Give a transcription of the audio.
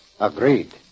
Agreed